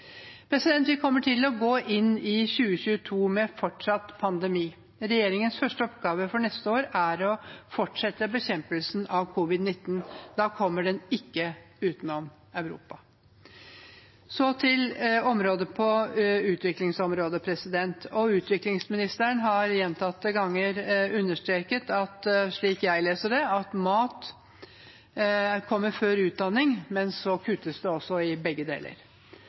Vi kommer til å gå inn i 2022 med fortsatt pandemi. Regjeringens første oppgave for neste år er å fortsette bekjempelsen av covid-19. Da kommer den ikke utenom Europa. Så til utviklingsområdet: Utviklingsministeren har gjentatte ganger understreket – slik jeg leser det – at mat kommer før utdanning, men så kuttes det også i begge deler.